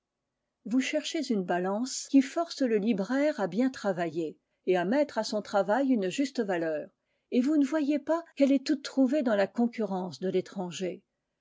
vous cherchez une balance qui force le libraire à bien travailler et a mettre à son travail une juste valeur et vous ne voyez pas qu'elle est toute trouvée dans la concurrence de l'étranger